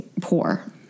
poor